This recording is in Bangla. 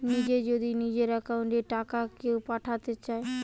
নিজে যদি নিজের একাউন্ট এ টাকা কেও পাঠাতে চায়